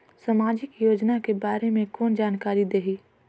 समाजिक योजना के बारे मे कोन जानकारी देही?